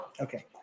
okay